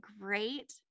great